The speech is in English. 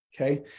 okay